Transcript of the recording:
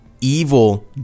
evil